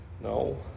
No